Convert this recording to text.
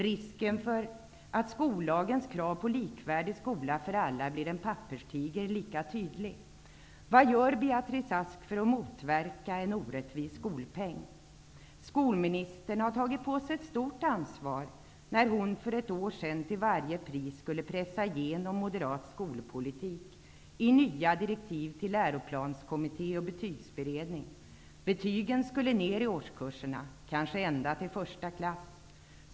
Risken för att skollagens krav på en likvärdig skola för alla blir en papperstiger är lika tydlig. Vad gör Beatrice Ask för att motverka en orättvis skolpeng? Skolministern tog på sig ett stort ansvar när hon för något år sedan till varje pris skulle pressa igenom moderat skolpolitik i nya direktiv till läroplanskommitté och betygsberedning. Betygen skulle ner i årskurserna, kanske ända till första klass.